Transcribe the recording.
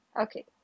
okay